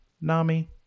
nami